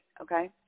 okay